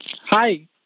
hi